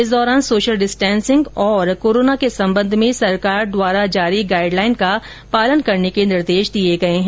इस दौरान social distancing और कोरोना के संबंध में सरकार द्वारा जारी गाईडलाईन का पालन करने के भी निर्देश दिये गये है